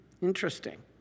interesting